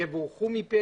יבורכו.